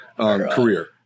career